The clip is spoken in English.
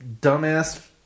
dumbass